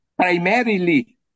Primarily